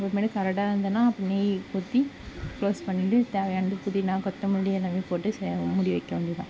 கரெக்டா இருந்துதுனா அப்புறம் நெய் ஊற்றி குளோஸ் பண்ணிவிட்டு தேவையானது புதினா கொத்தமல்லி எல்லாம் போட்டு மூடி வைக்க வேண்டியதுதான்